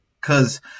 Cause